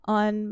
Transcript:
on